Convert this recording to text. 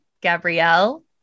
Gabrielle